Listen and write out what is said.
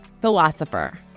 philosopher